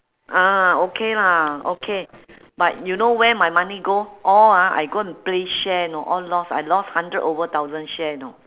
ah okay lah okay but you know where my money go all ah I go and play share know all lost I lost hundred over thousand share know